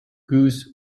goose